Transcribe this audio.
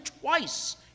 twice